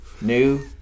New